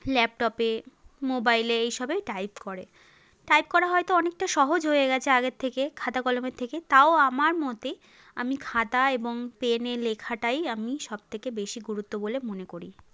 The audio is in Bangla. ল্যাপটপে মোবাইলে এইসবে টাইপ করে টাইপ করা হয়তো অনেকটা সহজ হয়ে গেছে আগের থেকে খাতা কলমের থেকে তাও আমার মতে আমি খাতা এবং পেনে লেখাটাই আমি সবথেকে বেশি গুরুত্ব বলে মনে করি